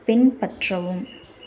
பின்பற்றவும்